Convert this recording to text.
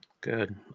Good